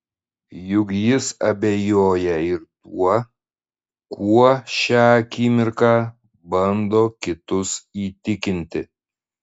juk jis abejoja ir tuo kuo šią akimirką bando kitus įtikinti